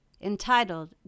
entitled